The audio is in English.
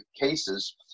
cases